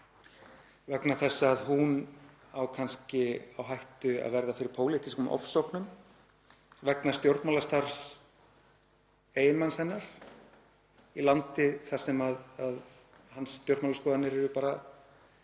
vegna þess að hún á kannski á hættu að verða fyrir pólitískum ofsóknum vegna stjórnmálastarfs eiginmanns hennar í landi þar sem hans stjórnmálaskoðanir geta